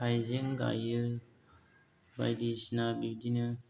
हाइजें गायो बायदिसिना बिदिनो